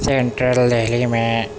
central Delhi میں